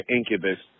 Incubus